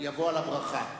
ויבוא על הברכה.